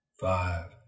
five